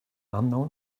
unknown